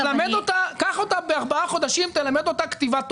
קח אותה בארבעה חודשים, למד אותה כתיבת תוכנה.